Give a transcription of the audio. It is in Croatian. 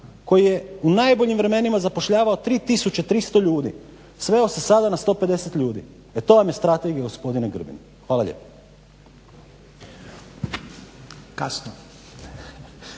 koji je u najboljim vremenima zapošljavao 3300 ljudi sveo se sada na 150 ljudi. E to vam je strategija gospodine Grbin. Hvala lijepo.